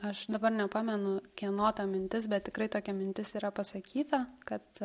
aš dabar nepamenu kieno ta mintis bet tikrai tokia mintis yra pasakyta kad